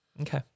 Okay